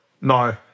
no